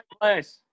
place